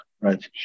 right